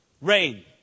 Rain